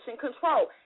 control